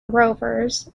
rovers